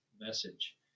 Message